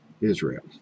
Israel